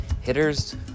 hitters